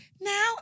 now